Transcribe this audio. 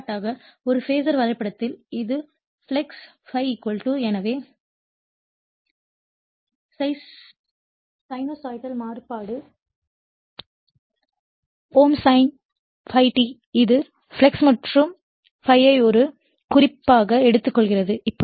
எடுத்துக்காட்டாக ஒரு பேசர் வரைபடத்தில் இது ஃப்ளக்ஸ் ∅ எனவே சைனூசாய்டல் மாறுபாடு ∅m sin∅ t இது ஃப்ளக்ஸ் மற்றும் ∅ ஐ ஒரு குறிப்பாக எடுத்துக்கொள்கிறது